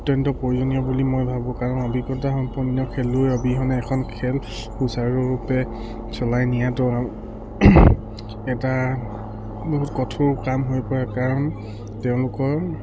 অত্যন্ত প্ৰয়োজনীয় বুলি মই ভাবোঁ কাৰণ অভিজ্ঞতা সম্পন্ন খেলুৱৈৰ অবিহনে এখন খেল সুচাৰুৰূপে চলাই নিয়াতো এটা বহুত কঠোৰ কাম হৈ পৰে কাৰণ তেওঁলোকৰ